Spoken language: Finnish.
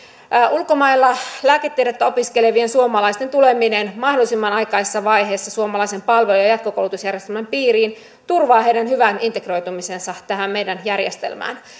ulkomailla lääketiedettä opiskelevien suomalaisten tuleminen mahdollisimman aikaisessa vaiheessa suomalaisen palvelu ja ja jatkokoulutusjärjestelmän piiriin turvaa heidän hyvän integroitumisensa tähän meidän järjestelmäämme